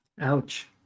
Ouch